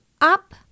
up